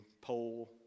poll